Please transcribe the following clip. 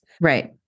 Right